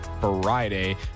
Friday